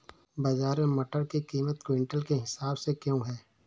बाजार में मटर की कीमत क्विंटल के हिसाब से क्यो है?